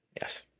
Yes